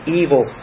evil